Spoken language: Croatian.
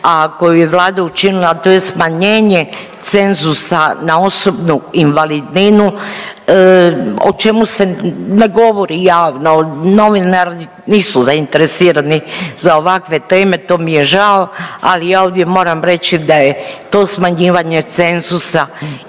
a koju je Vlada učinila, a to je smanjenje cenzusa na osobnu invalidninu, o čemu se ne govori javno, novinari nisu zainteresirani za ovakve teme, to mi je žao, ali ja ovdje moram reći da je to smanjivanje cenzusa